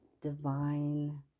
divine